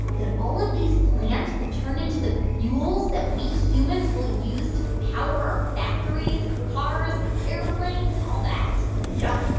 that all of these plants will and turn into the fuels that we humans will use to power our factories and our cars and our airplanes and all that? yep.